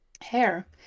hair